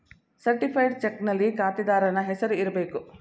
certified ಚಕ್ನಲ್ಲಿ ಖಾತೆದಾರನ ಹೆಸರು ಇರಬೇಕು